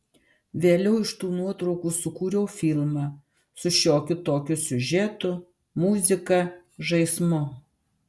vėliau iš tų nuotraukų sukūriau filmą su šiokiu tokiu siužetu muzika žaismu